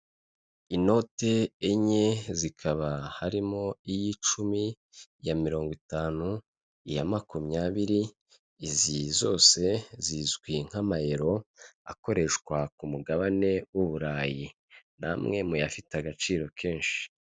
Inoti enye zikaba harimo iy'icumi, iya mirongo itanu, iya makumyabiri, izi zose zizwi nk'amayero akoreshwa ku mugabane w'uburayi, ni amwe muyafite agaciro kenshi.